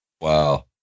Wow